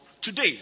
Today